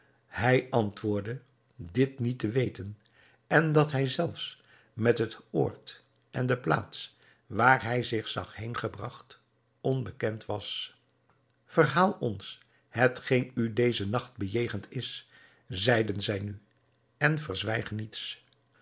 hij antwoordde dit niet te weten en dat hij zelfs met het oord en de plaats waar hij zich zag heengebragt onbekend was verhaal ons hetgeen u dezen nacht bejegend is zeiden zij nu en verzwijg niets